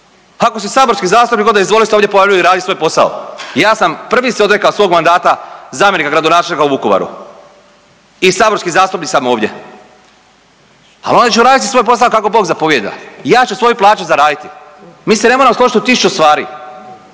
Ako ste saborski zastupnik, onda izvoli se ovdje pojavit i radi svoj posao. Ja sam prvi se odrekao svog mandata zamjenika gradonačelnika u Vukovaru i saborski zastupnik sam ovdje. Ali onda ću raditi svoj posao kako Bog zapovijeda. Ja ću svoju plaću zaraditi. Mi se ne moramo složiti u 1000 stvari,